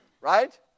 Right